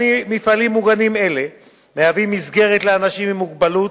מפעלים מוגנים אלה משמשים מסגרת לאנשים עם מוגבלות,